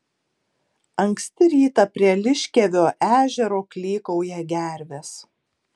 anksti rytą prie liškiavio ežero klykauja gervės